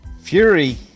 Fury